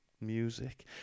music